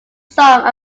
song